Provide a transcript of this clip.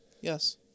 yes